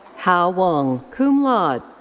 hao wang, cum laude.